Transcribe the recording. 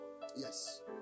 Yes